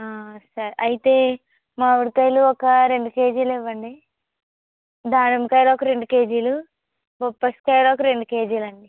సరే అయితే మామిడి కాయలు ఒక రెండు కేజీలు ఇవ్వండి దానిమ్మ కాయలొక రెండు కేజీలు బొప్పాసు కాయలొక రెండు కేజీలండి